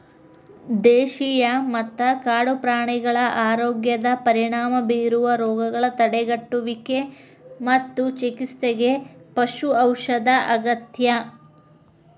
ದೇಶೇಯ ಮತ್ತ ಕಾಡು ಪ್ರಾಣಿಗಳ ಆರೋಗ್ಯದ ಪರಿಣಾಮ ಬೇರುವ ರೋಗಗಳ ತಡೆಗಟ್ಟುವಿಗೆ ಮತ್ತು ಚಿಕಿತ್ಸೆಗೆ ಪಶು ಔಷಧ ಅಗತ್ಯ